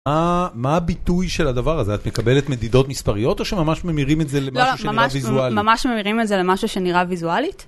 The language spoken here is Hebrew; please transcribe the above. מה הביטוי של הדבר הזה, את מקבלת מדידות מספריות או שממש ממירים את זה למשהו שנראה ויזואלית? לא, לא, ממש ממירים את זה למשהו שנראה ויזואלית.